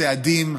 צעדים,